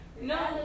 No